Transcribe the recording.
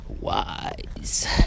Wise